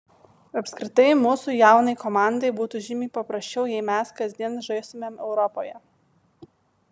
apskritai mūsų jaunai komandai būtų žymiai paprasčiau jei mes kasdien žaistumėm europoje